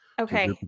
Okay